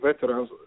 veterans